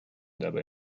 dabei